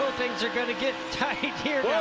things are going to get tight here. yeah